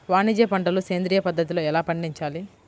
వాణిజ్య పంటలు సేంద్రియ పద్ధతిలో ఎలా పండించాలి?